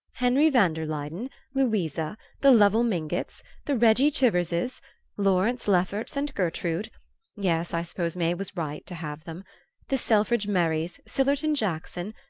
henry van der luyden louisa the lovell mingotts the reggie chiverses lawrence lefferts and gertrude yes, i suppose may was right to have them the selfridge merrys, sillerton jackson,